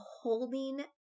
holding